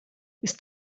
ist